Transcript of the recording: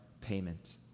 payment